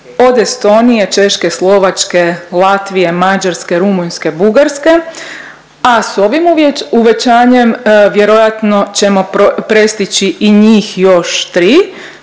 od Estonije, Češke, Slovačke, Latvije, Mađarske, Rumunjske, Bugarske, a s ovim uvećanjem vjerojatno ćemo prestići i njih još 3,